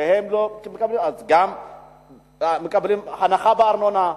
הם גם מקבלים הנחה בארנונה,